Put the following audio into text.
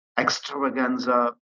extravaganza